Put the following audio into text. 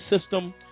system